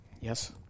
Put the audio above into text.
Yes